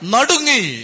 Nadungi